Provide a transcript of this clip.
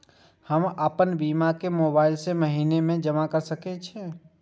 हम आपन बीमा के मोबाईल से महीने महीने जमा कर सके छिये?